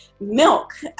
milk